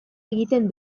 egiten